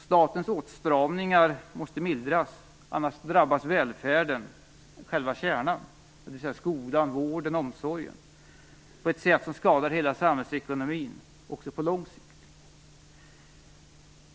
Statens åtstramningar måste mildras, annars drabbas välfärdens själva kärna, dvs. skolan, vården och omsorgen, på ett sätt som skadar hela samhällsekonomin också på lång sikt.